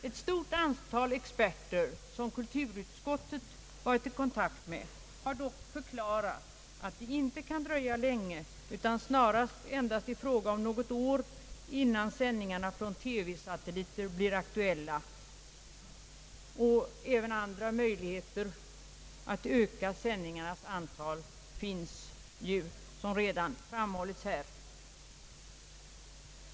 Ett stort antal experter, som kulturutskottet varit i kontakt med, har dock förklarat att det inte kan dröja länge — det är endast fråga om något år — innan sändningarna från TV-satelliter blir aktuella. även andra möjligheter att öka sändningarnas antal finns ju, vilket redan framhållits här.